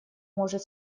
может